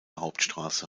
hauptstraße